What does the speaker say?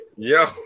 yo